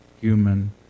human